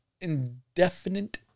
indefinite